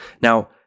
Now